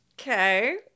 Okay